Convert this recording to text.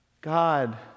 God